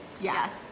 yes